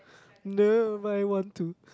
no but I want to